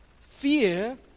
Fear